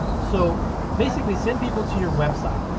so basically send people to your website.